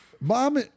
Mom